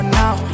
now